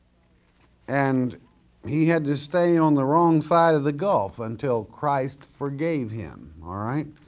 and he had to stay on the wrong side of the gulf until christ forgave him all right,